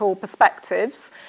perspectives